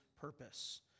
purpose